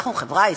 אנחנו חברה עסקית,